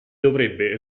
dovrebbe